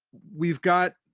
we've got,